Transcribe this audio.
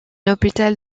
hôpital